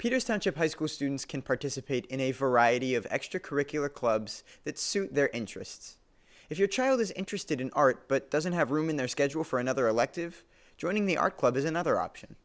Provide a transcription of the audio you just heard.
township high school students can participate in a variety of extra curricular clubs that suit their interests if your child is interested in art but doesn't have room in their schedule for another elective joining the our club is another option